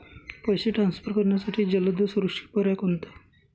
पैसे ट्रान्सफर करण्यासाठी जलद व सुरक्षित पर्याय कोणता?